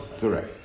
correct